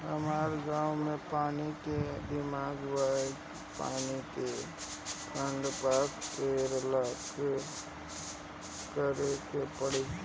हमरा गॉव मे पानी के दिक्कत बा पानी के फोन्ड पास करेला का करे के पड़ी?